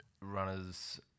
runners